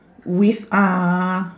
with uh